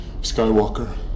Skywalker